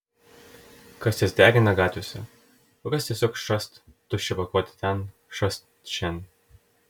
kas jas degina gatvėse o kas tiesiog šast tuščią pakuotę ten šast šen